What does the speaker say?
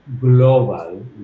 global